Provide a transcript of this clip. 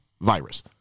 virus